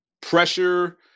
pressure